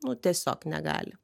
nu tiesiog negali